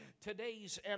Today's